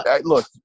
Look